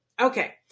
Okay